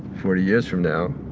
forty years from now,